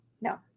No